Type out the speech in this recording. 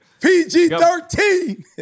PG-13